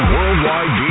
Worldwide